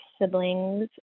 siblings